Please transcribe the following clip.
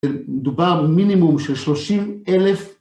מדובר מינימום של שלושים אלף.